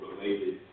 related